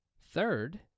Third